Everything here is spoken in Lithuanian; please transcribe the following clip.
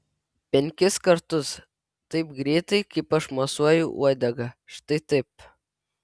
penkis kartus taip greitai kaip aš mosuoju uodega štai taip